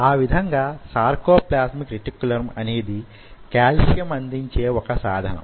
ఆ విధంగా sarcoplasmic reticulum అనేది కాల్షియంని అందించే వొక సాధనం